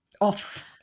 off